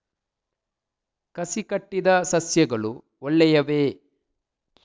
ಕಸಿ ಕಟ್ಟಿದ ಸಸ್ಯಗಳು ಒಳ್ಳೆಯವೇ?